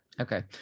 Okay